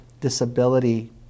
disability